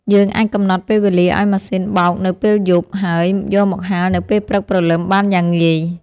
យើងអាចកំណត់ពេលវេលាឱ្យម៉ាស៊ីនបោកនៅពេលយប់ ហើយយកមកហាលនៅពេលព្រឹកព្រលឹមបានយ៉ាងងាយ។